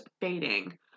fading